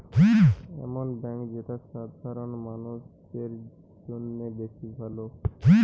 এমন বেঙ্ক যেটা সাধারণ মানুষদের জিনে বেশ ভালো